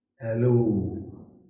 Hello